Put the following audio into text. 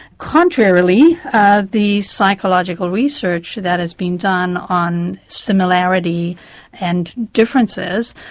contrarily ah the psychological research that has been done on similarity and differences,